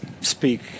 speak